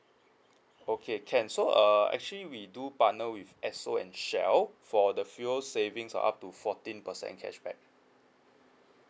okay can so uh actually we do partner with esso and shell for the fuel savings for up to fourteen percent cashback